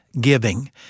giving